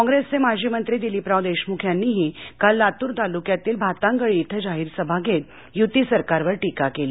कॉप्रेसचे माजी मंत्री दिलीपराव देशमुख यांनीही काल लातूर तालुक्यातील भातांगळी इथ जाहीर सभा घेत यूती सरकारवर टीका केली